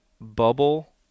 bubble